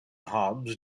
hobs